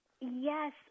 yes